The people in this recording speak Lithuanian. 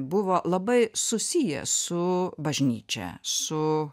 buvo labai susiję su bažnyčia su